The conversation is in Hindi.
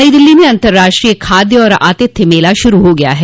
नई दिल्ली में अंतर्राष्ट्रीय खाद्य और आतिथ्य मेला शूरू हो गया है